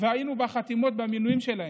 והיינו בחתימות על המינויים שלהם,